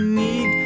need